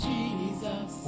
Jesus